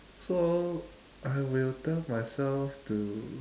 so I will tell myself to